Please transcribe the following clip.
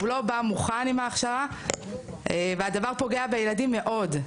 הוא לא בא מוכן עם ההכשרה והדבר פוגע בילדים מאוד.